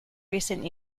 recent